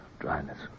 dryness